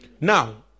now